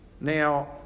Now